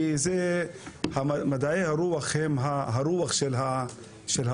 כי מדעי הרוח הם הרוח של האומה,